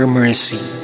mercy